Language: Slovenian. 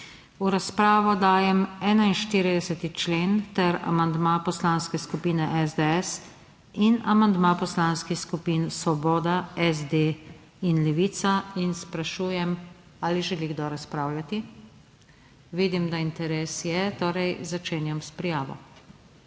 V razpravo dajem 41. člen ter amandma Poslanske skupine SDS in amandma poslanskih skupin Svoboda, SD in Levica. Sprašujem, ali želi kdo razpravljati? Vidim, da interes je. Torej, začenjam s prijavo.